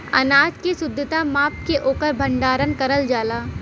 अनाज के शुद्धता माप के ओकर भण्डारन करल जाला